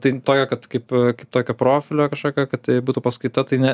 tai tokia kad kaip kitokio profilio kažkokio kad tai būtų paskaita tai ne